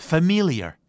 Familiar